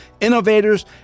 innovators